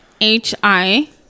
H-I